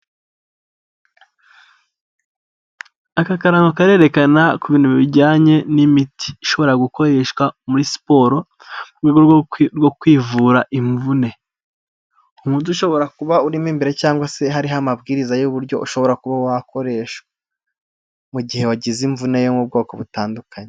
Aka karango karerekana ku bintu bijyanye n'imiti ishobora gukoreshwa muri siporo mu rwego rwo kwivura imvune . Umuti ushobora kuba urimo imbere cyangwa se hariho amabwiriza y'uburyo ushobora kuba wakoreshwa mu gihe wagize imvune yo mu bwoko butandukanye.